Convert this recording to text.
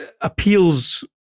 appeals